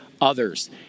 others